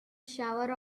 shower